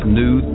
new